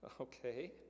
Okay